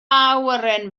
awyren